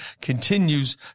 continues